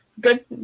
good